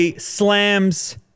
slams